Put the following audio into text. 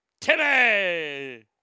Timmy